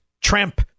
tramp